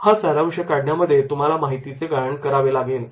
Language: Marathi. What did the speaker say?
हा सारांश काढण्यामध्ये तुम्हाला माहितीचे गाळण करावे लागते